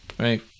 Right